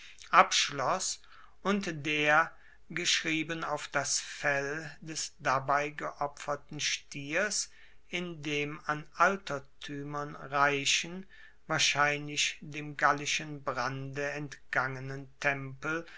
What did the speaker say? abschloss und der geschrieben auf das fell des dabei geopferten stiers in dem an altertuemern reichen wahrscheinlich dem gallischen brande entgangenen tempel